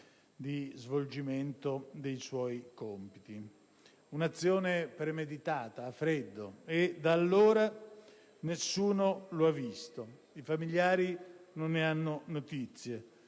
Il suo rapimento è stato un'azione premeditata a freddo, e da allora nessuno lo ha visto. I familiari non ne hanno notizie